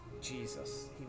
Jesus